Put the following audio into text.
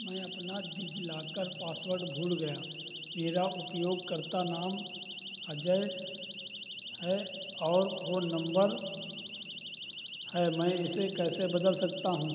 मैं अपना DigiLocker password भूल गया मेरा उपयोगकर्ता नाम अजय है और फ़ोन नम्बर है मैं इसे कैसे बदल सकता हूँ